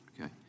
Okay